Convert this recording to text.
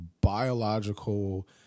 biological